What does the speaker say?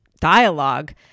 dialogue